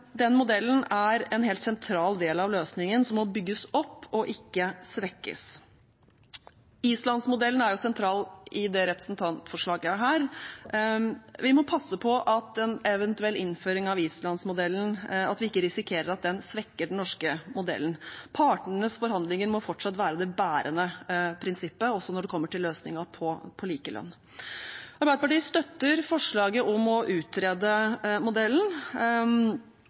Den modellen er en helt sentral del av løsningen, som må bygges opp og ikke svekkes. Islandsmodellen er sentral i dette representantforslaget. Vi må passe på at vi ved en eventuell innføring av Islandsmodellen ikke risikerer at den svekker den norske modellen. Partenes forhandlinger må fortsatt være det bærende prinsippet, også når det kommer til løsninger på likelønn. Arbeiderpartiet støtter forslaget om å utrede modellen,